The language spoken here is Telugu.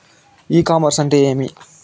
ఇ కామర్స్ అంటే ఏమి?